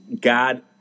God